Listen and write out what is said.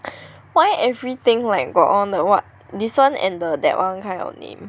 why everything like got all the what this one and the that one kind of name